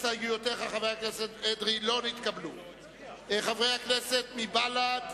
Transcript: הסתייגויותיך, חבר הכנסת אדרי,